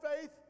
faith